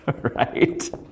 right